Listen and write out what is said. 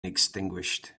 extinguished